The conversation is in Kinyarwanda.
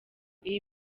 iyi